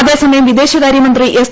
അതേസമയം വിദേശകാര്യമന്ത്രി എസ്